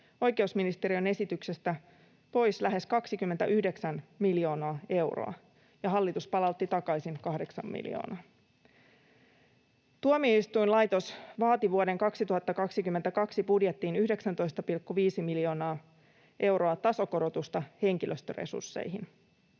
oikeusministeriön esityksestä pois lähes 29 miljoonaa euroa ja hallitus palautti takaisin 8 miljoonaa. Tuomioistuinlaitos vaati vuoden 2022 budjettiin 19,5 miljoonaa euroa tasokorotusta henkilöstöresursseihin.